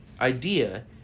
idea